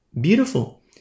beautiful